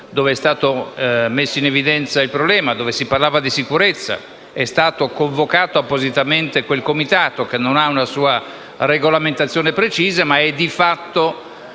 Grazie